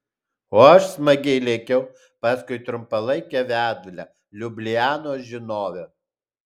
o aš smagiai lėkiau paskui trumpalaikę vedlę liublianos žinovę